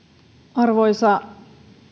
arvoisa